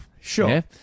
Sure